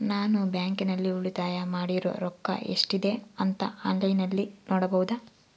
ನಾನು ಬ್ಯಾಂಕಿನಲ್ಲಿ ಉಳಿತಾಯ ಮಾಡಿರೋ ರೊಕ್ಕ ಎಷ್ಟಿದೆ ಅಂತಾ ಆನ್ಲೈನಿನಲ್ಲಿ ನೋಡಬಹುದಾ?